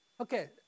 Okay